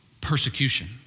persecution